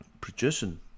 producing